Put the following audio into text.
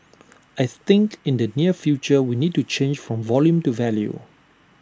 I think in the near future we need to change from volume to value